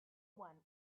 one